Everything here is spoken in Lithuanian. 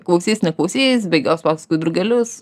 klausys neklausys bėgios paskui drugelius